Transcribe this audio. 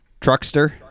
Truckster